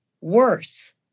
worse